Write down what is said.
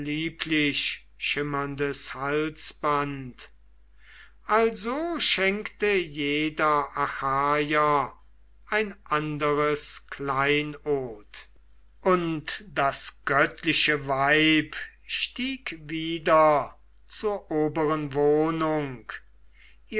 lieblichschimmerndes halsband also schenkte jeder achaier ein anderes kleinod und das göttliche weib stieg wieder zur oberen wohnung